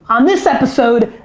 on this episode,